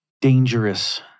dangerous